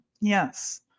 Yes